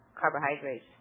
carbohydrates